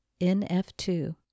NF2